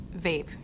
vape